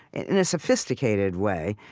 in a sophisticated way,